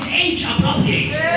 age-appropriate